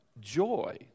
joy